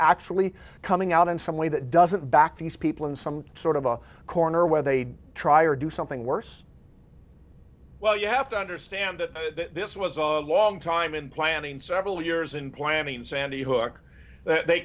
actually coming out in some way that doesn't back these people in some sort of a corner where they try or do something worse well you have to understand that this was a long time in planning several years in planning sandy hook they